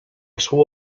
sou